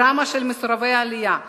הדרמה של מסורבי העלייה,